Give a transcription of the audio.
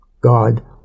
God